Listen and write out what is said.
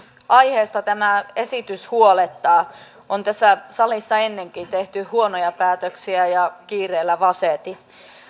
aiheesta tämä esitys huolettaa on tässä salissa ennenkin tehty huonoja päätöksiä ja kiireellä vaseti